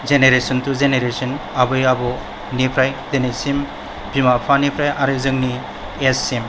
generation to generation आबै आबौनिफ्राय दिनैसिम बिमा बिफानिफ्राय आरो जोंनि एजसिम